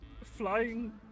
flying